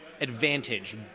advantage